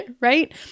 right